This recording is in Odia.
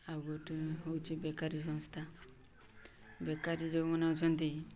ଆଉ ଗୋଟିଏ ହେଉଛି ବେକାରୀ ସଂସ୍ଥା ବେକାରୀ ଯେଉଁମାନେ ଅଛନ୍ତି